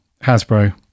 hasbro